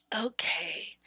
Okay